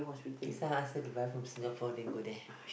next time ask her to buy from Singapore then go there